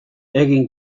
egin